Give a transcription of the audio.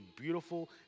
beautiful